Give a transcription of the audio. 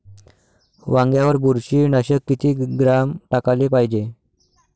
वांग्यावर बुरशी नाशक किती ग्राम टाकाले पायजे?